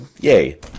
yay